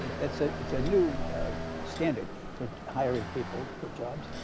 it's ah it's a new standard for hiring people for jobs,